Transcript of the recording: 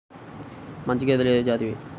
మంచి గేదెలు ఏ జాతివి?